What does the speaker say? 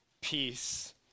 peace